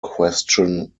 question